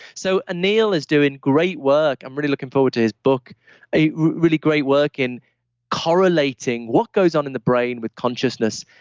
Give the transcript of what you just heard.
so, anil is doing great work. i'm really looking forward to his book a really great work in correlating what goes on in the brain with consciousness,